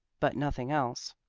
but nothing else.